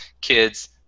kids